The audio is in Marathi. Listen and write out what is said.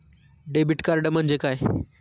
डेबिट कार्ड म्हणजे काय?